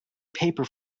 paper